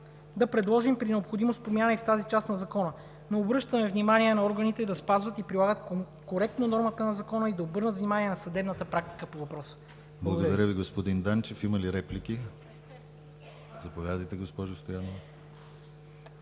да предложим при необходимост промяна и в тази част на закона. Обръщаме внимание на органите да спазват и прилагат коректно нормата на закона и да обърнат внимание на съдебната практика по въпроса. Благодаря Ви. ПРЕДСЕДАТЕЛ ДИМИТЪР ГЛАВЧЕВ: Благодаря Ви, господин Данчев. Има ли реплики? Заповядайте, госпожо Стоянова.